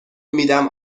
میدم